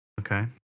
Okay